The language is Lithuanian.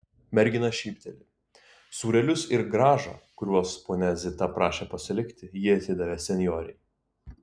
mergina šypteli sūrelius ir grąžą kuriuos ponia zita prašė pasilikti ji atidavė senjorei